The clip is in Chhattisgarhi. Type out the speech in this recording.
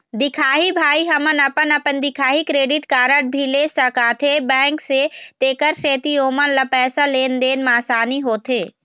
दिखाही भाई हमन अपन अपन दिखाही क्रेडिट कारड भी ले सकाथे बैंक से तेकर सेंथी ओमन ला पैसा लेन देन मा आसानी होथे?